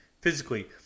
Physically